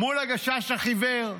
מול הגשש החיוור.